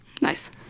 nice